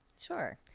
Sure